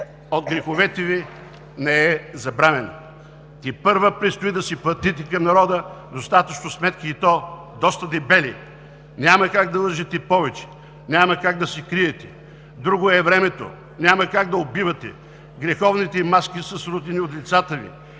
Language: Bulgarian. от греховете Ви не е забравен. Тепърва предстои да си платите пред народа достатъчно сметки, и то доста дебели. Няма как да лъжете повече, няма как да се криете! Друго е времето! Няма как да убивате! Греховните маски са срутени от лицата Ви,